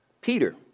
Peter